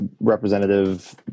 representative